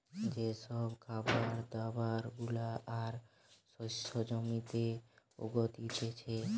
যে সব খাবার দাবার গুলা আর শস্য জমিতে উগতিচে